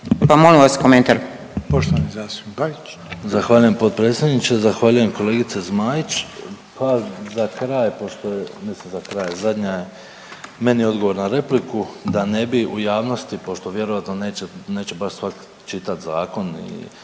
pa molim vas komentar.